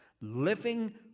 Living